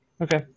Okay